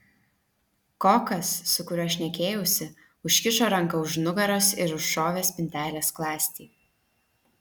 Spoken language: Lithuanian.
kokas su kuriuo šnekėjausi užkišo ranką už nugaros ir užšovė spintelės skląstį